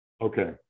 Okay